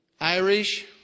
Irish